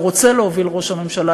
או רוצה להוביל ראש הממשלה,